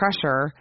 pressure